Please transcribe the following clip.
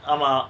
ஆமா:aama